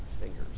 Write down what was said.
fingers